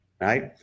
right